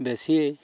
বেছিয়েই